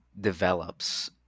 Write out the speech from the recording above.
develops